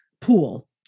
pool